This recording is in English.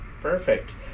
Perfect